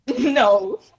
No